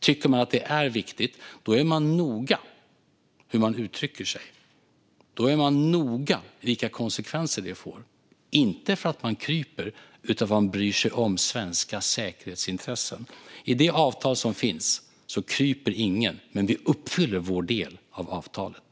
Tycker man att det är viktigt är man noga med hur man uttrycker sig och noga med vilka konsekvenser det får - inte för att man kryper utan för att man bryr sig om svenska säkerhetsintressen. I det avtal som finns kryper ingen, men vi uppfyller vår del av avtalet.